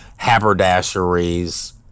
haberdasheries